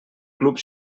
club